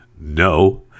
No